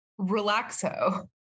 Relaxo